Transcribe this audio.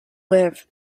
live